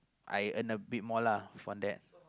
I earn a bit more lah from that